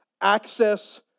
access